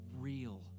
real